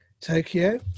Tokyo